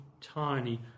tiny